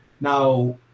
Now